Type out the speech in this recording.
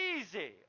easy